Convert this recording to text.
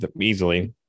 easily